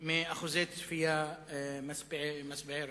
משיעורי צפייה משביעי רצון.